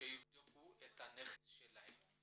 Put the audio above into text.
שיבדקו את הנכס שלהם.